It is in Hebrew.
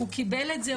הוא קיבל את זה,